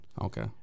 Okay